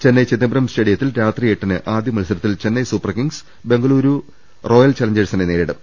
ചെന്നൈ ചിദംബരം സ്റ്റേഡിയത്തിൽ രാത്രി എട്ടിന് ആദ്യ മത്സരത്തിൽ ചെന്നൈ സൂപ്പർകിംഗ്സ് ബംഗളുരു റോയൽ ചലഞ്ചേഴ്സിനെ നേരിടും